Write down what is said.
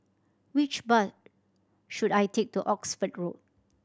which bus should I take to Oxford Road